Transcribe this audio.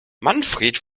manfred